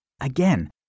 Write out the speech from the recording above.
Again